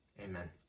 Amen